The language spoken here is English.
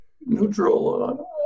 neutral